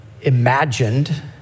imagined